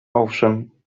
owszem